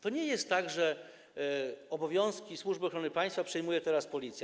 To nie jest tak, że obowiązki Służby Ochrony Państwa przejmuje teraz Policja.